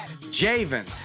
Javen